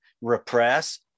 repress